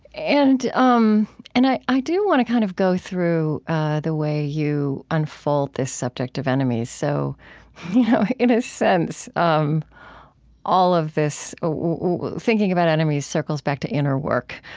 and um and i i do want to kind of go through the way you unfold this subject of enemies. so in a sense, um all of this thinking about enemies circles back to inner work.